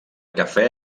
cafè